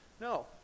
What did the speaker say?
No